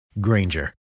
granger